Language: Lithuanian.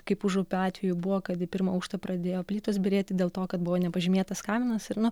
kaip užupio atveju buvo kad į pirmą aukštą pradėjo plytos byrėti dėl to kad buvo nepažymėtas kaminas ir nu